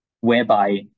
whereby